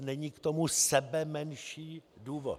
Není k tomu sebemenší důvod!